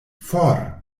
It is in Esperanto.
for